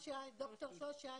ד"ר שושי איזנברג,